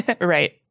Right